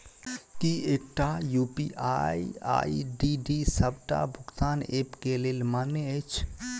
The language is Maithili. की एकटा यु.पी.आई आई.डी डी सबटा भुगतान ऐप केँ लेल मान्य अछि?